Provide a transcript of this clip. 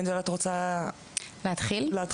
את רוצה להתחיל?